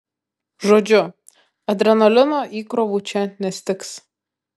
žodžiu adrenalino įkrovų čia nestigs